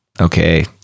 Okay